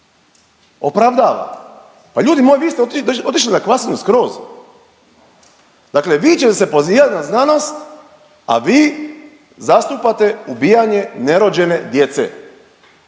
opravdava. Pa ljudi moji vi ste otišli na kvasinu skroz. Dakle vi ćete se pozivat na znanost, a vi zastupate ubijanje nerođene djece.